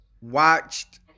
watched